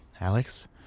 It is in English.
Alex